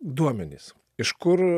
duomenys iš kur